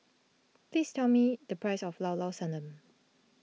please tell me the price of Llao Llao Sanum